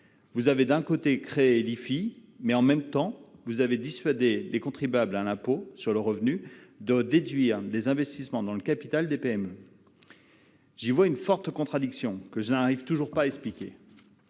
Vous avez d'un côté créé l'IFI, mais, de l'autre, vous avez dissuadé les contribuables de l'impôt sur le revenu de déduire leurs investissements dans le capital des PME. J'y vois une forte contradiction, que je n'arrive toujours pas à expliquer.